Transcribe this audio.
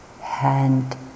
hand